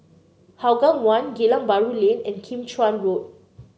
Hougang One Geylang Bahru Lane and Kim Chuan Road